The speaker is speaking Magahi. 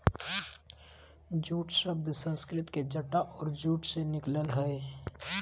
जूट शब्द संस्कृत के जटा और जूट से निकल लय हें